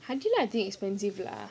I think is expensive lah